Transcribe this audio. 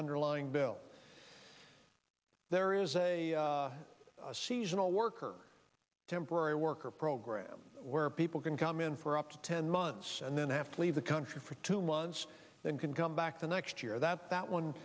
underlying bill there is a seasonal worker temporary worker program where people can come in for up to ten months and then have to leave the country for two months then can come back the next year that that one